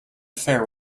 affair